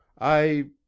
I—